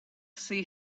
see